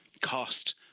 cost